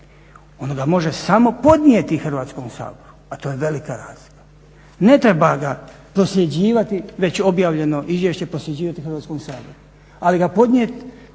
Ono ga može samo podnijeti Hrvatskom saboru, a to je velika razlika. Ne treba ga prosljeđivati već objavljeno izvješće prosljeđivati Hrvatskom saboru, ali ga podnijet